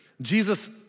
Jesus